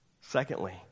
Secondly